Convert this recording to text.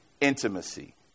intimacy